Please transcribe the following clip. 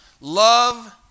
Love